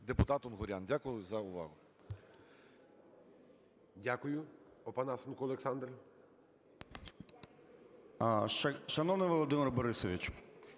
Дякую за увагу.